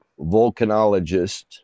volcanologist